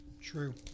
true